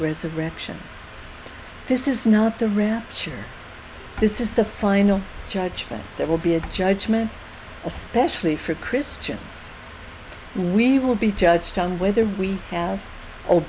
resurrection this is not the rapture this is the final judgment there will be a judgement especially for christians and we will be judged on whether we have o